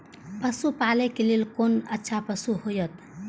पशु पालै के लेल कोन अच्छा पशु होयत?